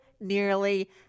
nearly